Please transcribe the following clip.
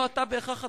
לא אתה בהכרח,